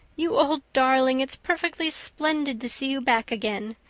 you old darling it's perfectly splendid to see you back again.